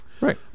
Right